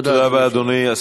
תודה רבה, אדוני.